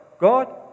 God